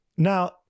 now